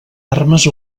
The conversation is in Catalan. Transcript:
armes